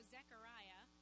Zechariah